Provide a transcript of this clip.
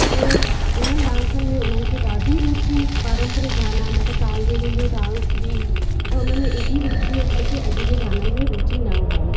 ऐं उन्हनि डांसनि में उन्हनि खे ॾाढी रूची पारंपरिक गाना मां त काल बैलियुनि डांस बि ऐं उन्हनि में एडी रुचियूं आहिनि जेके अॼु जे गाननि में रूची न हुअनि